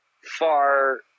far